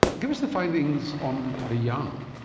give us the findings on the young.